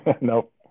Nope